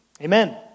Amen